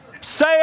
say